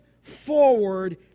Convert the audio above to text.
forward